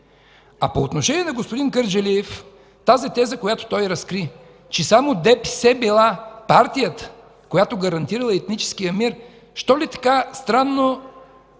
А по отношение на господин Кърджалиев тази теза, която той разкри, че само ДПС била партията, която гарантирала етническия мир, защо ли така странно